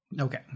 Okay